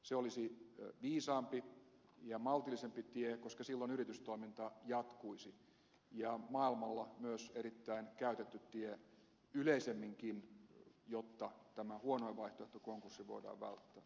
se olisi viisaampi ja maltillisempi tie koska silloin yri tystoiminta jatkuisi ja maailmalla myös erittäin käytetty tie yleisemminkin jotta tämä huonoin vaihtoehto konkurssi voidaan välttää